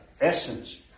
essence